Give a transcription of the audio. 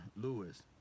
Lewis